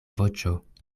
voĉo